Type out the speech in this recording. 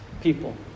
people